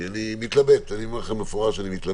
כי אני אומר לכם מפורש: אני מתלבט.